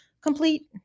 complete